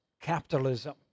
capitalism